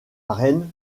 rennes